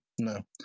no